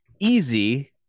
easy